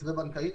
מתווה בנקאי,